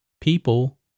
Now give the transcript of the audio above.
people